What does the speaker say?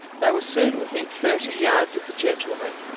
they were soon within thirty yards of the gentleman.